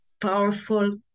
powerful